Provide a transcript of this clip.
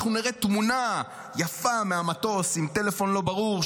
אנחנו נראה תמונה יפה מהמטוס עם טלפון לא ברור,